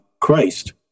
Christ